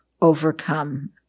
overcome